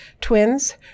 twins